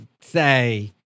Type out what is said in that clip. say